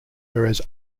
whereas